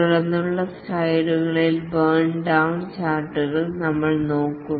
തുടർന്നുള്ള സ്ലൈഡുകളിലെ burn down ചാർട്ടുകൾ നമ്മൾ നോക്കും